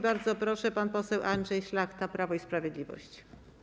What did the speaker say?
Bardzo proszę, pan poseł Andrzej Szlachta, Prawo i Sprawiedliwość.